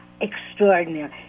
extraordinary